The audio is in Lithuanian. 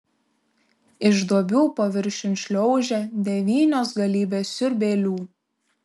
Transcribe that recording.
iš duobių paviršiun šliaužia devynios galybės siurbėlių